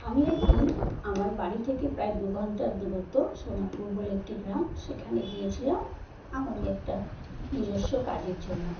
আমি একদিন আমার বাড়ি থেকে প্রায় দু ঘণ্টার দূরত্ব সোনাপুর বলে একটি গ্রাম সেখানে গিয়েছিলাম আমারই একটা নিজস্ব কাজের জন্য